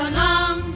long